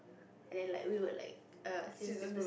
and then like we would like err scissors paper